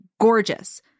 gorgeous